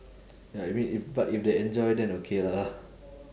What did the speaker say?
ya I mean if but if they enjoy then okay lah ah